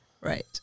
Right